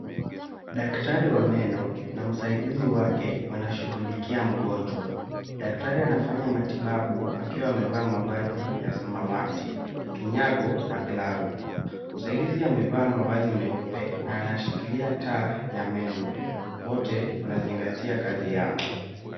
Daktari wa meno na msaidizi wake wanashughulikia mgonjwa. Daktari anafanya matibabu akiwa amevaa mavazi ya samawati, kinyago na glavu. Msaidizi amevaa mavazi meupe na anashikilia taa ya meno. Wote wanazingatia kazi yao.